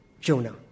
Jonah